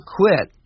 quit